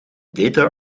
data